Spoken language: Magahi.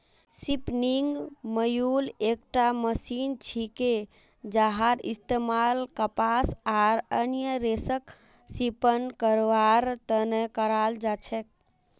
स्पिनिंग म्यूल एकटा मशीन छिके जहार इस्तमाल कपास आर अन्य रेशक स्पिन करवार त न कराल जा छेक